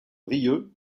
rieux